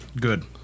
Good